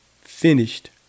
finished